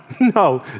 no